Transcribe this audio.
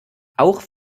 auch